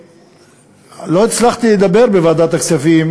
לא הצלחתי לדבר בוועדת הכספים,